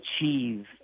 achieve